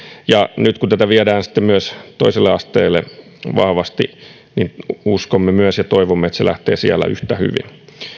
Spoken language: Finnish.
nyt kun tätä viedään vahvasti myös toiselle asteelle niin uskomme ja toivomme että se lähtee siellä yhtä hyvin